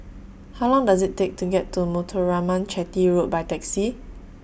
How Long Does IT Take to get to Muthuraman Chetty Road By Taxi